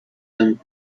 and